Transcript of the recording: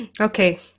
okay